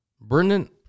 Brendan